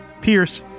Pierce